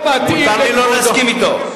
מותר לי לא להסכים אתו.